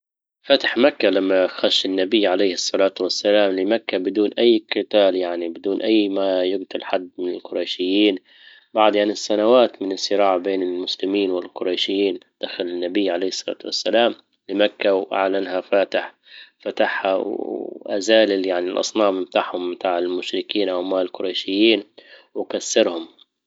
فتح مكة لما خش النبي -عليه الصلاة والسلام- لمكة بدون اي قتال يعني بدون اي ما يجتل حد من القريشيين. بعد يعني السنوات من الصراع بين المسلمين والقريشيين دخل النبي عليه الصلاة والسلام لمكة واعلنها فاتح فتحها و ازال يعني الاصنام متاعهم متاع المشركين او ما القريشيين وكسرهم.